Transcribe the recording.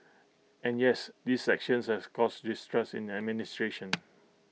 and yes these actions have caused distrust in administration